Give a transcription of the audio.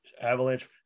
Avalanche